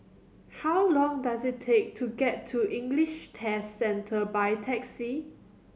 how long does it take to get to English Test Centre by taxi